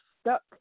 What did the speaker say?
stuck